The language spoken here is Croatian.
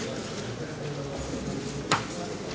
Hvala vam